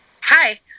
Hi